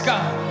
God